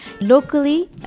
Locally